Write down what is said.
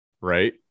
right